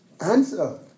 Answer